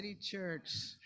Church